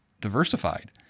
diversified